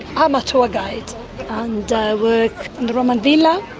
i'm a tour guide and i work in the roman villa